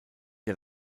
der